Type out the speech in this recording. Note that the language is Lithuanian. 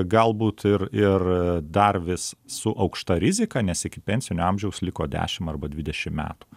galbūt ir ir dar vis su aukšta rizika nes iki pensinio amžiaus liko dešim arba dvidešim metų